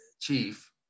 chief